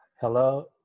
Hello